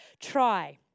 try